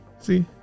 see